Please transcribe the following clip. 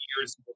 years